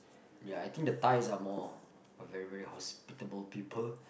ya I think the Thais are more very very hospitable people